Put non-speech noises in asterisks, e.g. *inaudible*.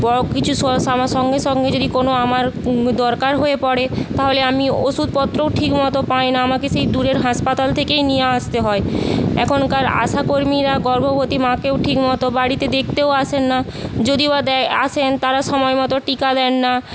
*unintelligible* কিছু সঙ্গে সঙ্গে যদি কোনো আমার দরকার হয়ে পড়ে তাহলে আমি ওষুধপত্রও ঠিক মতো পাই না আমাকে সেই দূরের হাসপাতাল থেকেই নিয়ে আসতে হয় এখনকার আশা কর্মীরা গর্ভবতী মাকেও ঠিকমতো বাড়িতে দেখতেও আসেন না যদিও বা *unintelligible* আসেন তারা সময়মতো টিকা দেন না